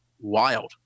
wild